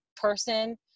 person